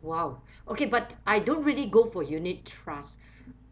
!wow! okay but I don't really go for unit trust